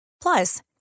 Plus